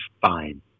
fine